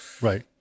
Right